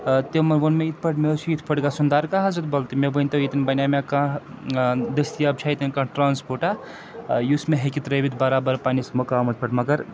تِمن ووٚن مےٚ یِتھ پٲٹھۍ مےٚ حظ چھِ یِتھ پٲٹھۍ گژھُن دَرگاہ حضرت بل تہٕ مےٚ ؤنۍتو ییٚتٮ۪ن بنیٛا مےٚ کانہہ دٔستیاب چھےٚ ییٚتٮ۪ن کانٛہہ ٹرٛانسپوٹاہ یُس مےٚ ہیٚکہِ ترٛٲوِتھ برابر پَنٛنِس مُقامَس پٮ۪ٹھ مگر